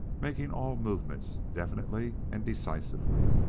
making all movements definitely and decisively.